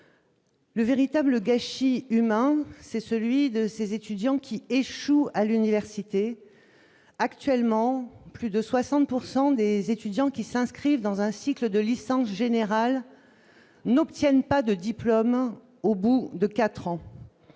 Le véritable gâchis humain, c'est celui de ces étudiants qui échouent à l'université actuellement plus de 60 pourcent des des étudiants qui s'inscrivent dans un cycle de licence générale n'obtiennent pas de diplôme au bout de 4 ans,